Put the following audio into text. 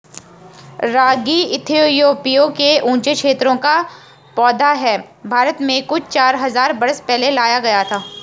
रागी Ethiopia के ऊँचे क्षेत्रों का पौधा है भारत में कुछ चार हज़ार बरस पहले लाया गया था